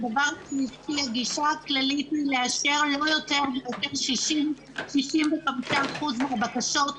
הגישה הכללית היא לאשר ללא יותר מ-65%-60% מהבקשות,